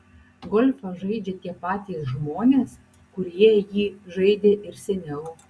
golfą žaidžia tie patys žmonės kurie jį žaidė ir seniau